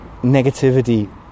negativity